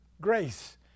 Grace